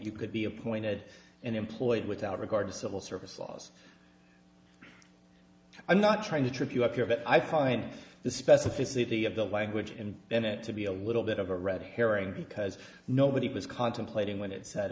you could be appointed and employed without regard to civil service laws i'm not trying to trip you up here but i find the specificity of the language in an it to be a little bit of a red herring because nobody was contemplating when it said